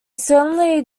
certainly